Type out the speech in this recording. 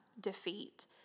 defeat